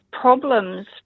problems